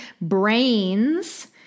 brains